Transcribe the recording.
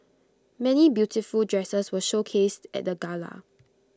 many beautiful dresses were showcased at the gala